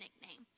nickname